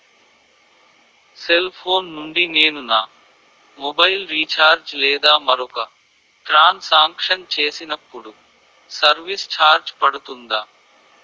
Cell phone నుండి నేను నా మొబైల్ రీఛార్జ్ లేదా మరొక ట్రాన్ సాంక్షన్ చేసినప్పుడు సర్విస్ ఛార్జ్ పడుతుందా?